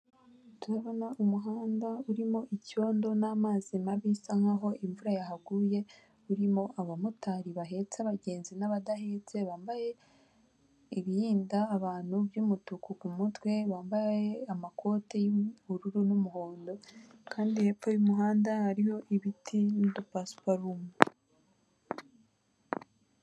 Turabona umuhanda urimo icyondo n'amazi mabi bisa nkaho imvura yahaguye, urimo abamotari bahetse abagenzi n'abadahetse bambaye ibirinda abantu by'umutuku ku mutwe, bambaye amakoti yubururu n'umuhondo kandi hepfo y'umuhanda hariho ibiti n'udupasiparumu.